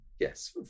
yes